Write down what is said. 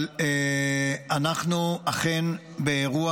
אבל אנחנו אכן באירוע